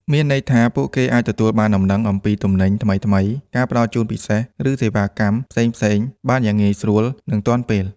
មានន័យថា ពួកគេអាចទទួលបានដំណឹងអំពី ទំនិញថ្មីៗ ការផ្តល់ជូនពិសេស ឬ សេវាកម្ម ផ្សេងៗបានយ៉ាងងាយស្រួល និងទាន់ពេល។